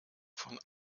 von